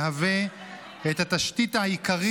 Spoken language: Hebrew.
מהווה את התשתית העיקרית,